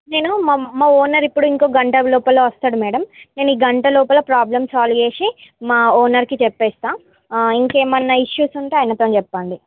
నేను మా మా ఓనర్ ఇప్పుడు ఇంకో గంట లోపల వస్తాడు మేడం నేను ఈ గంట లోపల ప్రాబ్లం సాల్వ్ చేసి మా ఓనర్కి చెప్పేస్తా ఇంకేమైనా ఇష్యూస్ ఉంటే ఆయనతోని చెప్పండి